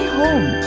home